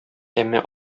әмма